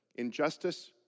Injustice